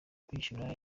kwishyura